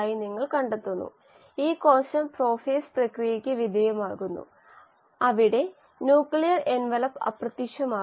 substrate ഉപഭോഗം ഉണ്ടാകും പക്ഷേ അത് വളർച്ചയായി കാണിക്കുന്നില്ല അതിനർത്ഥം എല്ലാം കോശങ്ങളെ നിലനിർത്താനും കോശങ്ങളുടെ പ്രവർത്തനങ്ങൾ നിലനിർത്താനും ഉപയോഗിക്കുന്നു എന്നാണ്